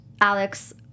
Alex